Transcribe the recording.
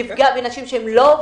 יפגע בנשים שלא עובדות,